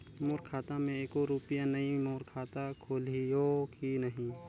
मोर खाता मे एको रुपिया नइ, मोर खाता खोलिहो की नहीं?